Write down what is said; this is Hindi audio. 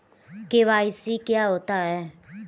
के.वाई.सी क्या होता है?